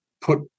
put